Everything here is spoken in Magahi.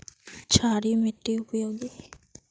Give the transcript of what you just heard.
क्षारी मिट्टी उपकारी?